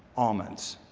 almonds.